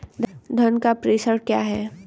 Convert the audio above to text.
धन का प्रेषण क्या है?